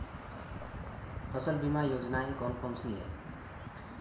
फसल बीमा योजनाएँ कौन कौनसी हैं?